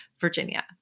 virginia